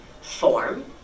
form